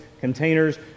containers